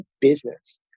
business